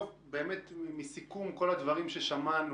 מסיכום כל הדברים ששמענו